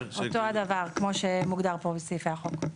אותו הדבר כמו שמוגדר פה בסעיפי החוק.